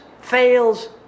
fails